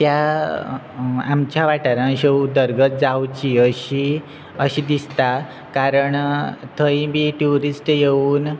त्या आमच्या वाठारांत अश्यो उदरगत जावची अशी अशी दिसता कारण थंय बी ट्युरिस्ट येवन